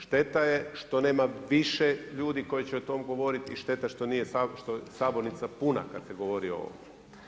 Šteta je što nema više ljudi koji će o tome govoriti i šteta što nije sabornica puna kada se govori o ovome.